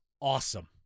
awesome